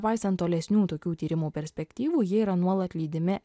paisant tolesnių tokių tyrimų perspektyvų jie yra nuolat lydimi